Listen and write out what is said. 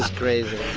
crazy.